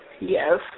Yes